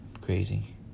crazy